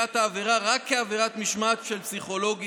קביעת העבירה רק כעבירת משמעת של פסיכולוגים